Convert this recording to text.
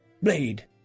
Blade